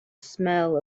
smell